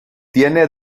tiene